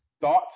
Thoughts